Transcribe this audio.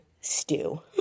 stew